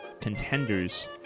contenders